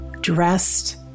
dressed